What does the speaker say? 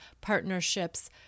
partnerships